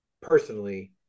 personally